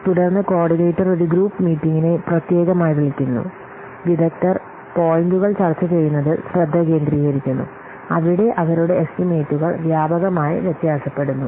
തുടർന്ന് കോർഡിനേറ്റർ ഒരു ഗ്രൂപ്പ് മീറ്റിംഗിനെ പ്രത്യേകമായി വിളിക്കുന്നു വിദഗ്ദ്ധർ പോയിന്റുകൾ ചർച്ച ചെയ്യുന്നതിൽ ശ്രദ്ധ കേന്ദ്രീകരിക്കുന്നു അവിടെ അവരുടെ എസ്റ്റിമേറ്റുകൾ വ്യാപകമായി വ്യത്യാസപ്പെടുന്നു